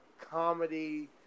comedy